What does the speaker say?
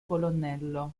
colonnello